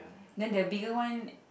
then the bigger one